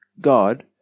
God